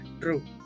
true